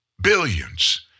Billions